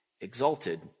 exalted